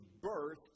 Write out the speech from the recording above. birth